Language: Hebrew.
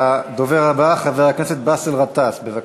והדובר הבא, חבר הכנסת באסל גטאס, בבקשה.